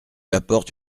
apporte